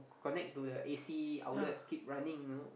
connect to the a_c outlet keep running know